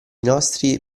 nostri